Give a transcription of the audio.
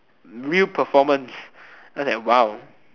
real performance I was like !wow!